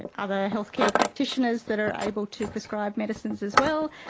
and other healthcare practitioners that are able to prescribe medicines as well,